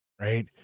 right